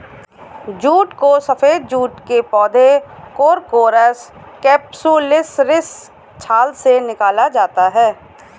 jute को सफेद jute के पौधे कोरकोरस कैप्सुलरिस की छाल से निकाला जाता है